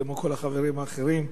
כמו כל החברים האחרים.